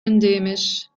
endemisch